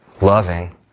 loving